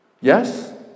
Yes